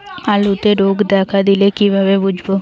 আলুতে রোগ দেখা দিলে কিভাবে বুঝবো?